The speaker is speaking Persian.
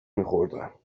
میخوردم